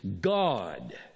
God